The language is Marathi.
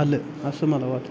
आलं असं मला वाटतं